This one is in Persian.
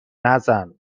نزن